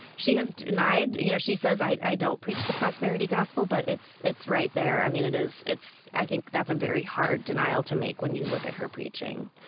she has denied you know she says i i don't preach the prosperity gospel but it's it's right there i mean it is it's i think that's a very hard denial to make when you look at her preaching.